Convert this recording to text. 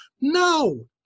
No